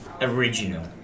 Original